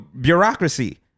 bureaucracy